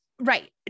Right